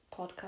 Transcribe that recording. podcast